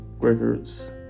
records